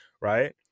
right